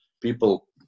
people